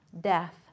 death